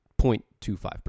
0.25%